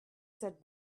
said